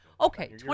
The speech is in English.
Okay